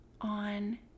on